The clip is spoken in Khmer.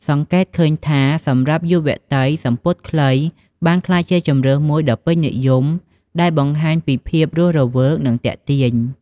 សង្កេតឃើញថា សម្រាប់យុវតី សំពត់ខ្លីបានក្លាយជាជម្រើសមួយដ៏ពេញនិយមដែលបង្ហាញពីភាពរស់រវើក និងទាក់ទាញ។